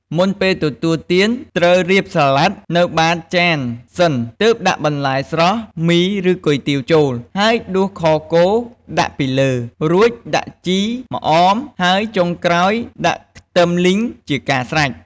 មុនពេលទទួលទាន ត្រូវរៀបសាលាដនៅបាតចានសិន ទើបដាក់បន្លែស្រុះ មី ឬគុយទាវចូល ហើយដួសខគោដាក់ពីលើ រួចដាក់ជី ម្អម ហើយចុងក្រោយដាក់ខ្ទឹមលីងជាការស្រេច។